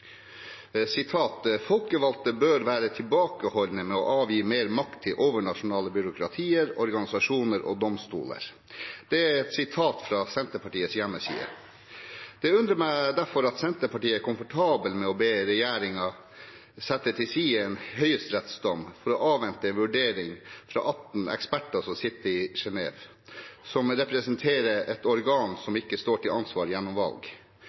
sitat fra Senterpartiets hjemmeside. Det undrer meg derfor at Senterpartiet er komfortabel med å be regjeringen sette til side en høyesterettsdom for å avvente en vurdering fra 18 eksperter som sitter i Genève, og som representerer et organ som ikke står til ansvar gjennom valg.